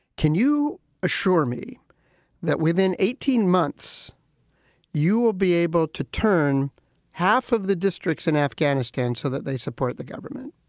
can you assure me that within eighteen months you will be able to turn half of the districts in afghanistan so that they support the government?